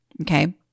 Okay